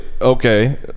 okay